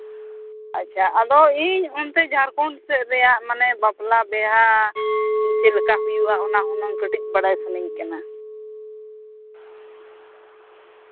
ᱟᱪᱪᱷᱟ ᱟᱫᱚ ᱤᱧ ᱚᱱᱛᱮ ᱡᱷᱟᱲᱠᱷᱚᱸᱰ ᱥᱮᱫ ᱨᱮᱭᱟᱜ ᱢᱟᱱᱮ ᱵᱟᱯᱞᱟᱼᱵᱤᱦᱟᱹ ᱪᱮᱫᱞᱮᱠᱟ ᱦᱩᱭᱩᱜᱼᱟ ᱚᱱᱟ ᱦᱩᱱᱟᱹᱝ ᱠᱟᱹᱴᱤᱡ ᱵᱟᱰᱟᱭ ᱥᱟᱱᱟᱹᱧ ᱠᱟᱱᱟ